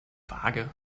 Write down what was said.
vage